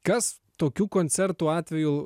kas tokių koncertų atveju